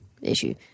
issue